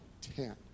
ten